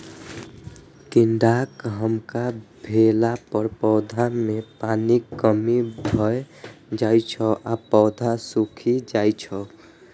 कीड़ाक हमला भेला पर पौधा मे पानिक कमी भए जाइ छै आ पौधा झुकि जाइ छै